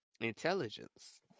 intelligence